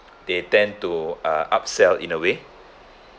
they tend to uh upsell in a way